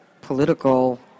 political